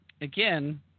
again